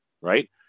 Right